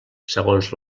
segons